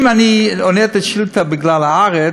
אם אני עונה על השאילתה בגלל "הארץ",